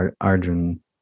Arjun